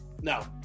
No